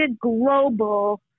global